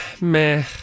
Meh